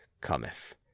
cometh